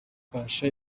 kasha